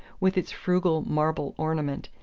with its frugal marble ornament,